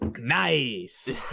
nice